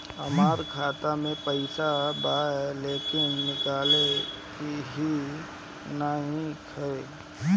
हमार खाता मे पईसा बा लेकिन निकालते ही नईखे?